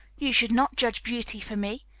you should not judge beauty for me.